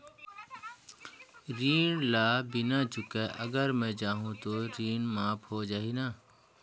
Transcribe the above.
ऋण ला बिना चुकाय अगर मै जाहूं तो ऋण माफ हो जाही न?